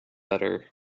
udder